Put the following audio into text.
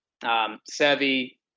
Sevi